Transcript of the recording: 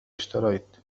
اشتريت